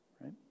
right